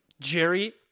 Jerry